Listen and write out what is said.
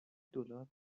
دلار